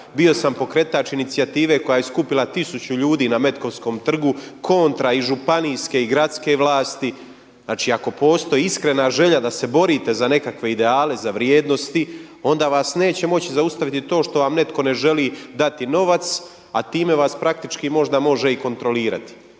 Bio sam pokretač inicijative koja je skupila tisuću ljudi na metkovskom trgu kontra i županijske i gradske vlasti. Znači, ako postoji iskrena želja da se borite za nekakve ideale, za vrijednosti onda vas neće moći zaustaviti to što vam netko ne želi dati novac, a time vas praktički možda može i kontrolirati.